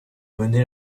mener